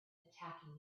attacking